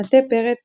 מטה פרץ